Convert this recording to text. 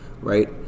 Right